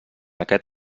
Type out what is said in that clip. aquest